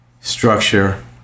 structure